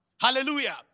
Hallelujah